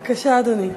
בבקשה, אדוני.